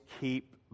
keep